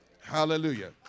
Hallelujah